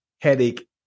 headache